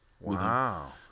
Wow